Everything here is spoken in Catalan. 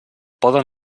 poden